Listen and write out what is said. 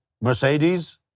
Mercedes